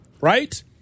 right